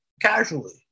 casually